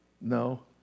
No